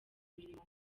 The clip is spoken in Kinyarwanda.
imirimo